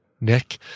Nick